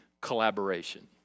collaboration